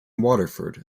waterford